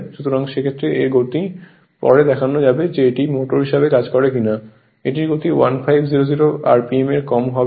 সুতরাং সেক্ষেত্রে এর গতি পরে দেখা যাবে এটি মোটর হিসাবে কাজ করে কিনা এটি গতি 1500 RMP এর কম হবে